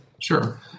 Sure